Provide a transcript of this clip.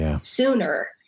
sooner